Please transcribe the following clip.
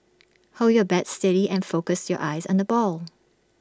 hold your bat steady and focus your eyes on the ball